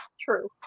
True